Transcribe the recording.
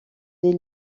des